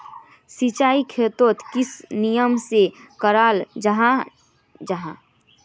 सिंचाई खेतोक किस नियम से कराल जाहा जाहा?